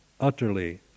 utterly